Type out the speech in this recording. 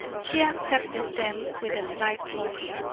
she accepted them with a slight blush,